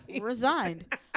resigned